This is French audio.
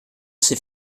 ses